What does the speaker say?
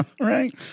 right